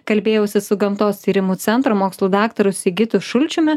kalbėjausi su gamtos tyrimų centro mokslų daktaru sigitu šulčiumi